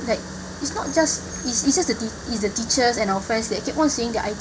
like is not just it's just the is the teachers and our friends that kept on saying that